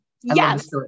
Yes